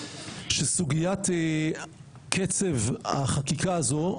שסוגיית קצב החקיקה הזו,